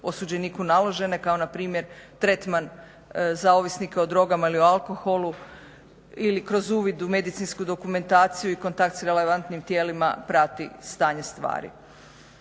osuđeniku naložene kao npr. tretman za ovisnike o drogama ili alkoholu ili kroz uvid u medicinsku dokumentaciju i kontakt s relevantnim tijelima prati stanje stvari.